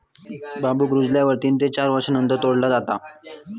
बांबुक रुजल्यावर तीन ते चार वर्षांनंतर तोडला जाता